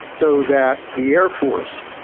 so that the air force,